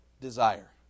desire